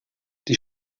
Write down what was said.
die